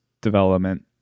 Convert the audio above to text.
development